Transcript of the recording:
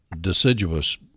deciduous